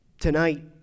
Tonight